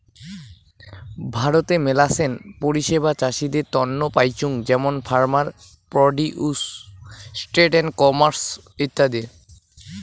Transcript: ভারতে মেলাছেন পরিষেবা চাষীদের তন্ন পাইচুঙ যেমন farmer produce trade and commerce ইত্যাদি